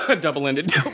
Double-ended